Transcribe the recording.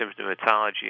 symptomatology